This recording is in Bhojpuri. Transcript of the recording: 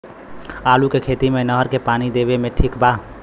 आलू के खेती मे नहर से पानी देवे मे ठीक बा?